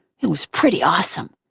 it was pretty awesome.